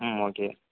ம் ஓகே